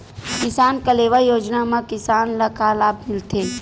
किसान कलेवा योजना म किसान ल का लाभ मिलथे?